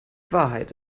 wahrheit